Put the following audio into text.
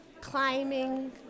Climbing